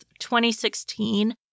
2016